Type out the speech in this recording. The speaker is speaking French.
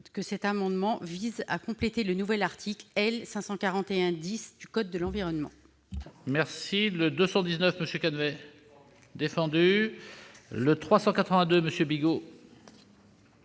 Cet amendement vise à compléter le nouvel article L. 541-10 du code de l'environnement